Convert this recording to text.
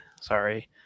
Sorry